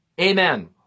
Amen